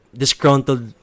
disgruntled